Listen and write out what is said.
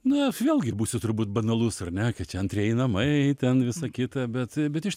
na vėlgi būsiu turbūt banalus ar ne čia antrieji namai ten visa kita bet bet iš